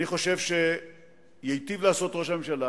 אני חושב שייטיב לעשות ראש הממשלה